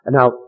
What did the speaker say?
Now